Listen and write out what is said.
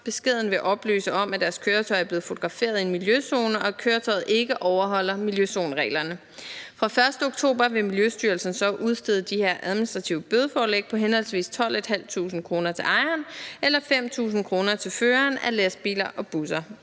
Beskeden vil oplyse om, at deres køretøj er blevet fotograferet i en miljøzone, og at køretøjet ikke overholder miljøzonereglerne. Fra den 1. oktober vil Miljøstyrelsen så udstede de her administrative bødeforelæg på henholdsvis 12.500 kr. til ejeren eller 5.000 kr. til føreren af lastbiler og busser.